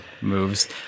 moves